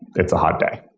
it's a hot day.